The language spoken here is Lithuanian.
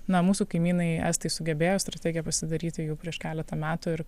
na mūsų kaimynai estai sugebėjo strategiją pasidaryti jau prieš keletą metų ir